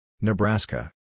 Nebraska